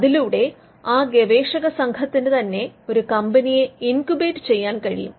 അതിലൂടെ ആ ഗവേഷകസംഘത്തിന് തന്നെ ഒരു കമ്പനിയെ ഇൻക്യൂബേറ്റ് ചെയ്യാൻ കഴിയും